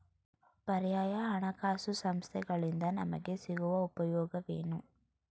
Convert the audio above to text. ಪರ್ಯಾಯ ಹಣಕಾಸು ಸಂಸ್ಥೆಗಳಿಂದ ನಮಗೆ ಸಿಗುವ ಉಪಯೋಗವೇನು?